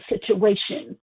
situation